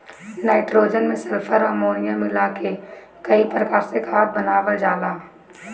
nitrogen में sulphur, ammonium मिला के कई प्रकार से खाद बनावल जाला